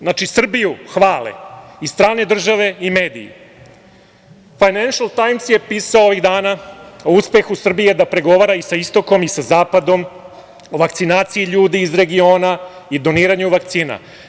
Znači, Srbiju hvale i strane države i mediji, „Fajnenšl tajms“ je pisao ovih dana o uspehu Srbije da pregovara i sa istokom i sa zapadom, o vakcinaciji ljudi iz regiona i doniranju vakcina.